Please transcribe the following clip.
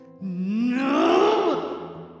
No